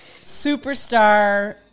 superstar